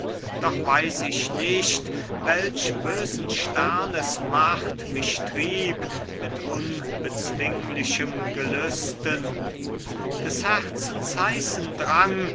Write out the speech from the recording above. doch weiß ich nicht welch böses sternes macht mich trieb mit unbezwinglichem gelüsten des herzens heißen drang